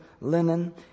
linen